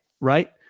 right